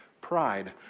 pride